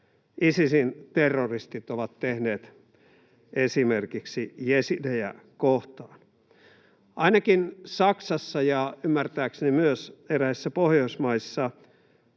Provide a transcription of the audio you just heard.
Isisin terroristit ovat tehneet esimerkiksi jesidejä kohtaan. Ainakin Saksassa ja ymmärtääkseni myös eräissä Pohjoismaissa